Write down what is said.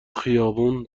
خیابون